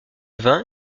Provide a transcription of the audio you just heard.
vin